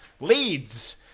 leads